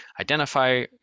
identify